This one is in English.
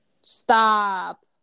Stop